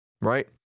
right